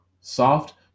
soft